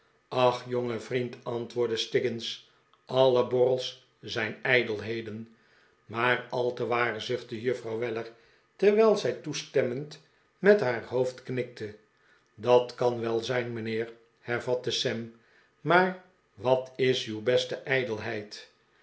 aeh jonge vriend antwoordde stiggins alle borrels zijn ijdelheden maar al te waar zuchtte juffrouw weller terwijl zij toestemmend met haar hoofd knikte dat kan wel zijn mijnheer hervatte sam maar wat is uw beste